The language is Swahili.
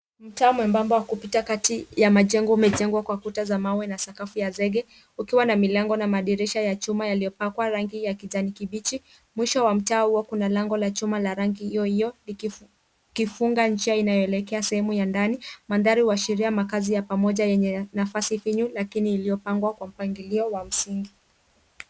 Mtaa mwembamba wa kupita kati ya majengo imejengwa kwa kuta za mawe na sakafu ya zege ukiwa na milango na madirisha ya chuma yaliyopakwa rangi ya kijani kibichi. Mwisho wa mtaa huo kuna lango la chuma la rangi yoyo likifunga njia inayoelekea sehemu ya ndani. Mandhari huashiria makazi ya pamoja yenye nafasi finyu lakini iliyopangwa kwa mpangilio wa msingi.